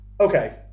Okay